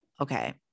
Okay